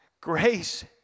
Grace